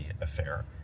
affair